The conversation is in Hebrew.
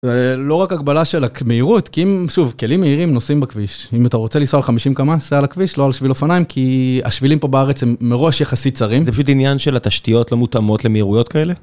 לא רק הגבלה של מהירות, כי אם שוב כלים מהירים נוסעים בכביש אם אתה רוצה לנסוע על חמישים קמ לא רק הגבלה של מהירות, כי אם, שוב, כלים מהירים נוסעים בכביש אם אתה רוצה לנסוע על חמישים כמ"ש נוסע על הכביש לא על שביל אופניים כי השבילים פה בארץ הם מראש יחסי צרים, זה פשוט עניין של התשתיות למותאמות למהירויות כאלה?